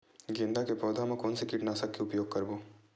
गेंदा के पौधा म कोन से कीटनाशक के उपयोग करबो?